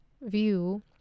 view